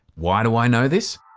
why do i know this?